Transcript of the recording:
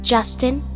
Justin